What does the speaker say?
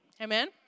Amen